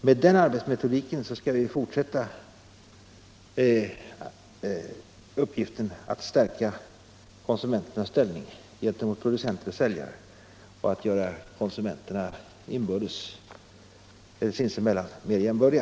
Med den arbetsmetodiken skall vi nu fortsätta att försöka stärka konsumenternas ställning gentemot producenter och säljare och att göra konsumenterna sinsemellan mer jämbördiga.